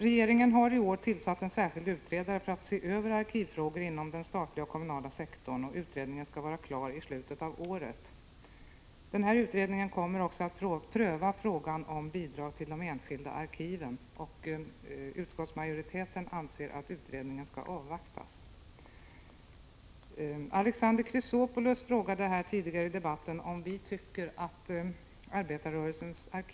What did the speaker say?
Regeringen har i år tillsatt en särskild utredare för att se över arkivfrågor inom den statliga och kommunala sektorn. Utredningen skall vara klar i slutet av året. Utredningen kommer även att pröva frågan om bidrag till de enskilda arkiven. Utskottsmajoriteten anser att utredningen skall avvaktas. Alexander Chrisopoulos frågade tidigare apropå det ytterligare anslag på 500 000 kr.